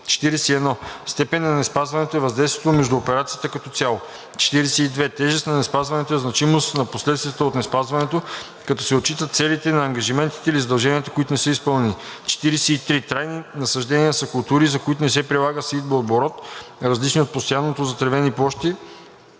41. „Степен на неспазването е въздействието му върху операцията като цяло. 42. „Тежест на неспазването“ е значимостта на последствията от неспазването, като се отчитат целите на ангажиментите или задълженията, които не са изпълнени. 43. „Трайни насаждения“ са култури, за които не се прилага сеитбооборот, различни от постоянно затревени площи